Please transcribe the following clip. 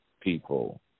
people